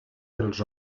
dels